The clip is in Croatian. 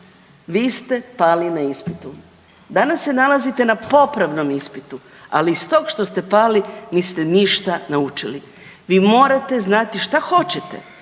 vi ste pali na ispitu. Danas se nalazite na popravnom ispitu, ali iz tog što ste pali niste ništa naučili. Vi morate znati šta hoćete,